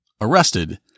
arrested